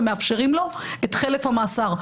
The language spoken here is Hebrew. ומאפשרים לו את חלף המאסר,